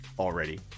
already